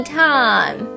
time